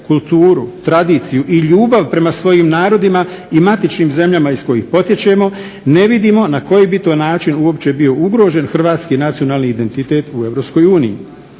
kulturu, tradiciju i ljubav prema svojim narodima i matičnim zemljama iz kojih potječemo ne vidimo na koji bi to način uopće bio ugrožen hrvatski nacionalni identitet u